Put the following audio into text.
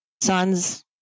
sons